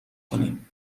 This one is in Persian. کنی